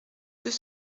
deux